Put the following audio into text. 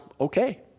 Okay